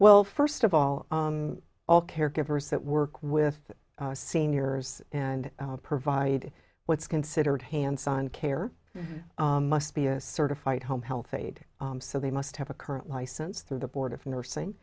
well first of all all caregivers that work with seniors and provide what's considered hands on care must be a certified home health aide so they must have a current license through the board of nursing